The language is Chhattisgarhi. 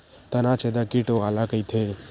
तनाछेदक कीट काला कइथे?